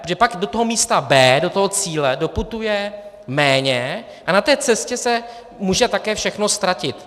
Že pak do toho místa B, do toho cíle doputuje méně a na té cestě se může také všechno ztratit.